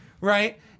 right